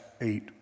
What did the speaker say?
eight